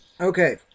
Okay